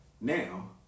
Now